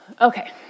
Okay